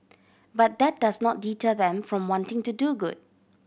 but that does not deter them from wanting to do good